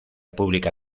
pública